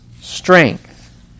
strength